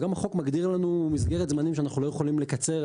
וגם החוק מגדיר לנו מסגרת זמנים שאנחנו לא יכולים לקצר,